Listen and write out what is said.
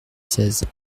seize